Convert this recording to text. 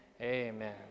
Amen